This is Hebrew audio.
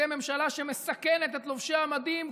אתם ממשלה שמסכנת את לובשי המדים,